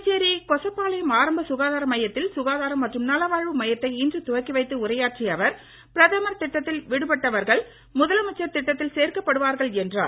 புதுச்சேரி கொசப்பாளையம் ஆரம்ப சுகாதார மையத்தில் சுகாதாரம் மற்றும் நல்வாழ்வு மையத்தை இன்று துவக்கி வைத்து உரையாற்றிய அவர் பிரதமர் திட்டத்தில் விடுபட்டவர்கள் முதலமைச்சர் திட்டத்தில் சேர்க்கப்படுவார்கள் என்றார்